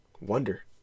wonder